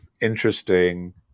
interesting